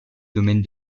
domaine